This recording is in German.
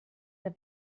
der